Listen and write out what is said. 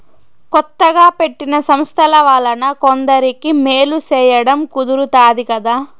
కొత్తగా పెట్టిన సంస్థల వలన కొందరికి మేలు సేయడం కుదురుతాది కదా